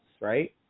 right